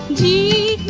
d